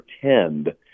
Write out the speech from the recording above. pretend